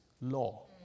Law